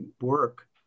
work